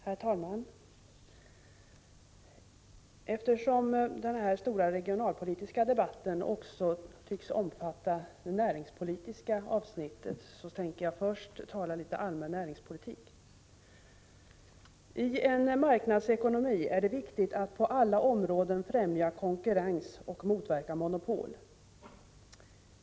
Herr talman! Eftersom den här stora regionalpolitiska debatten också tycks omfatta det näringspolitiska avsnittet tänker jag först ta upp litet allmän näringspolitik. I en marknadsekonomi är det viktigt att på alla områden främja konkurrens och motverka monopol.